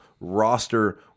roster